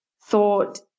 thought